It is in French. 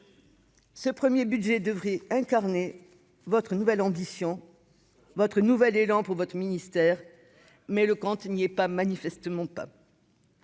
projet de budget devait incarner votre nouvelle ambition, un nouvel élan pour votre ministère, mais le compte n'y est manifestement pas.